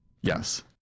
Yes